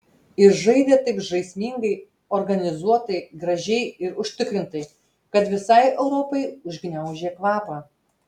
ir žaidė taip žaismingai organizuotai gražiai ir užtikrintai kad visai europai užgniaužė kvapą